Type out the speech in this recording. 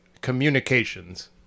communications